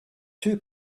two